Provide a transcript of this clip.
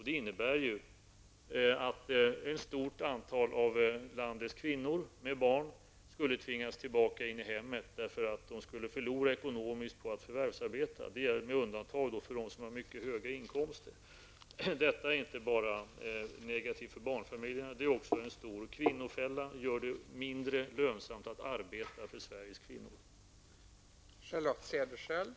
Det innebär ju att ett stort antal av landets kvinnor med barn skulle tvingas tillbaka in i hemmen, därför att de skulle förlora ekonomiskt på att förvärvsarbeta, såvida de inte har mycket höga inkomster. Detta är negativt inte bara för barnfamiljerna, utan det är också en stor kvinnofälla, eftersom det gör det mindre lönsamt för Sveriges kvinnor att arbeta.